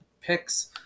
picks